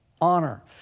Honor